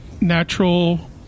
Natural